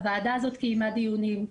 הוועדה הזאת קיימה דיונים,